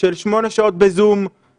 של שמונה שעות בזום.